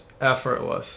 effortless